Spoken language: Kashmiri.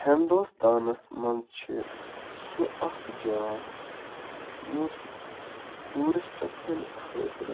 ہِندوستانَس منٛز چھِ سُہ اَکھ جاے یُس ٹوٗرِسٹَن ہٕنٛدِ خٲطرٕ